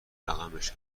رقمش